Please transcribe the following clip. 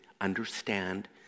understand